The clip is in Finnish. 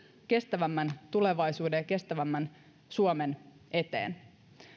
kestävämmän tulevaisuuden ja kestävämmän suomen eteen